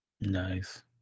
Nice